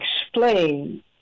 explain